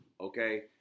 okay